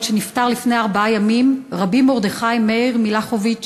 שנפטר לפני ארבעה ימים: רבי מרדכי מאיר מיכלוביץ,